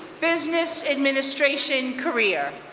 business administration career.